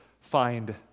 find